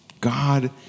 God